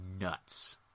nuts